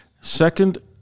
Second